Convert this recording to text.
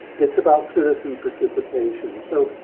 it's about citizen participation. so,